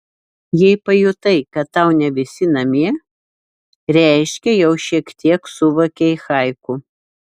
jei pajutai kad tau ne visi namie reiškia jau šiek tiek suvokei haiku